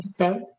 okay